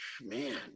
man